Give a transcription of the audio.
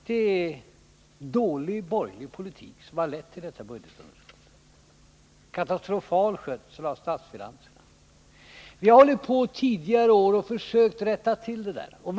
Det är en dålig borgerlig politik och en katastrofal skötsel av statsfinanserna som har lett till detta underskott. Vi har förr om åren lagt fram förslag i syfte att minska detta underskott.